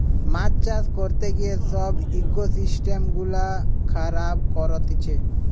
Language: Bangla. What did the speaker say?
মাছ চাষ করতে গিয়ে সব ইকোসিস্টেম গুলা খারাব করতিছে